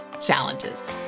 challenges